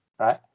Right